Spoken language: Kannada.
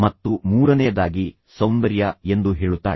ಮತ್ತು ಮೂರನೆಯದಾಗಿ ಸೌಂದರ್ಯ ಎಂದು ಹೇಳುತ್ತಾಳೆ